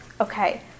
Okay